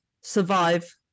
survive